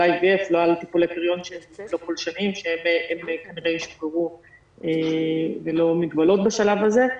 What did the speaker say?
IVF ולא על טיפולי פריון לא פולשניים שהם -- -ללא מגבלות בשלב הזה.